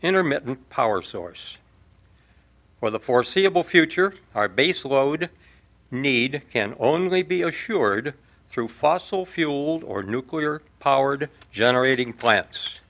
intermittent power source for the foreseeable future our baseload need can only be assured through fossil fuel or nuclear powered generating plants